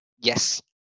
yes